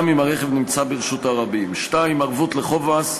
גם אם הרכב נמצא ברשות הרבים, 2. ערבות לחוב מס,